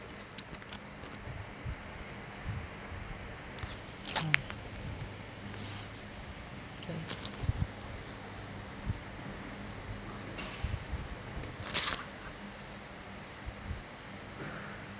mm okay